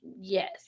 Yes